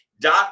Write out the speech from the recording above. dot